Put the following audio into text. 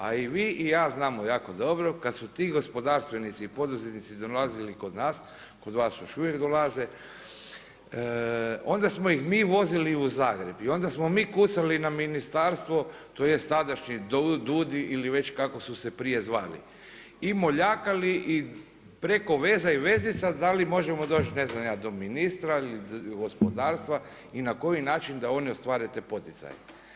A i vi i ja znamo jako dobro kada su ti gospodarstvenici i poduzetnici dolazili kod nas, kod vas još uvijek dolaze, onda smo ih mi vozili u Zagreb i onda smo mi kucali na ministarstvo, tj. tadašnji DUUDI ili već kako su se prije zvali i moljakali i preko veza i vezica da li možemo doći ne znam ja do ministra gospodarstva i na koji način da oni ostvare te poticaje.